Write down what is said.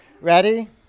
Ready